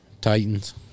Titans